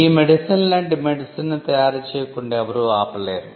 ఈ మెడిసిన్ లాంటి మెడిసిన్ ను తయారు చేయకుండా ఎవరూ ఆపలేరు